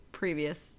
previous